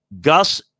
Gus